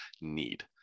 need